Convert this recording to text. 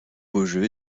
beaujeu